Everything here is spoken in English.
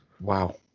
Wow